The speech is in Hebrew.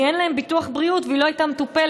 כי אין להם ביטוח בריאות והיא לא הייתה מטופלת.